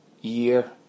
year